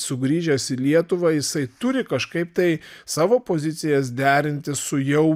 sugrįžęs į lietuvą jisai turi kažkaip tai savo pozicijas derinti su jau